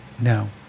No